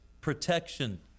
protection